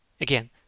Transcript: again